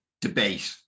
debate